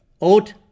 Oat